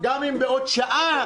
לקראת קריאה שנייה ושלישית.